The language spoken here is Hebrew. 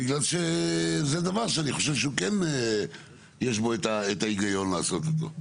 מפני שזה דבר שאני חושב שכן יש בו את ההיגיון לעשות אותו.